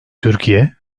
türkiye